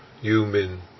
human